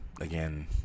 again